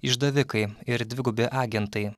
išdavikai ir dvigubi agentai